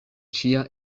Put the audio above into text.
ĉia